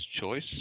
choice